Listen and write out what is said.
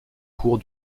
cours